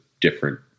different